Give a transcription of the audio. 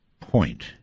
point